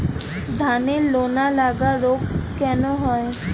ধানের লোনা লাগা রোগ কেন হয়?